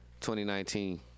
2019